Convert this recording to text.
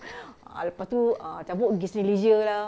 ah lepas tu cabut pergi Cineleisure lah